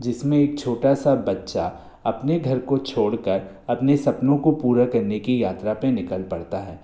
जिस में एक छोटा सा बच्चा अपने घर को छोड़ कर अपने सपनों को पूरा करने की यात्रा पर निकल पड़ता है